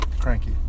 cranky